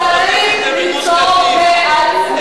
תראו מה עשיתם בגוש-קטיף,